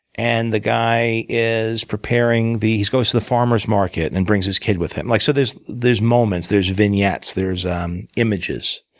and the guy is preparing these he goes to the farmer's market and brings his kid with him. like so there's there's moments, there's vignettes. there's um images.